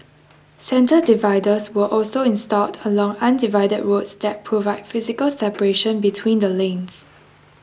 centre dividers were also installed along undivided roads that provide physical separation between the lanes